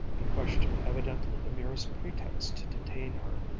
the question evidently the merest pretext to detain her,